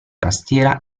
tastiere